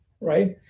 right